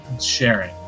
Sharing